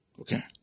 Okay